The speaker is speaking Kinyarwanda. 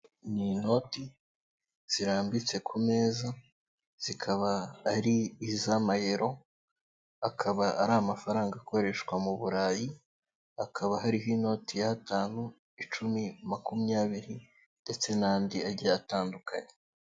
Ni inoti zirambitse ku meza zikaba ari iz'amayero, akaba ari amafaranga akoreshwa mu Burayi hakaba hariho inoti y'atanu, icumi, makumyabiri ndetse n'andi agiye atandukanye.